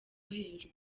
hejuru